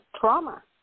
trauma